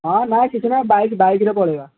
ହଁ ନାଇଁ କିଛି ନାଇଁ ବାଇକ୍ ବାଇକ୍ ରେ ପଳାଇବା